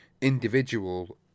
individual